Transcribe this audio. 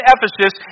Ephesus